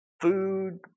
food